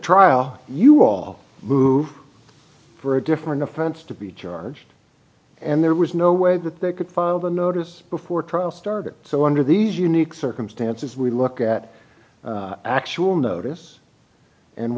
trial you all move for a different offense to be charged and there was no way that they could file the notice before trial started so under these unique circumstances we look at actual notice and